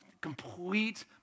complete